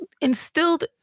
instilled